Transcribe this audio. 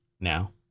Now